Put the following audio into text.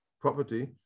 property